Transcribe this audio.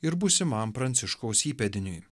ir būsimam pranciškaus įpėdiniui